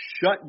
shut